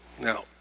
Now